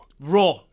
Raw